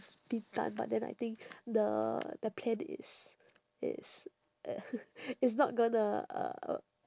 bintan but then I think the the plan is is uh is not gonna uh